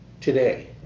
Today